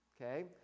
Okay